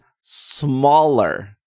smaller